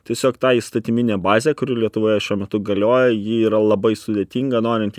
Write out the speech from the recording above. tiesiog ta įstatyminė bazė kuri lietuvoje šiuo metu galioja ji yra labai sudėtinga norint